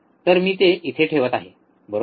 तर मी ते इथे ठेवत आहे बरोबर